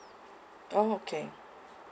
orh okay